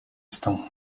stąd